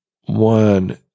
one